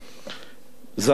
ניידים, ז.